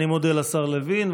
אני מודה לשר לוין.